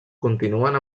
continuen